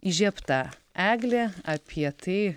įžiebta eglė apie tai